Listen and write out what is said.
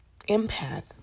empath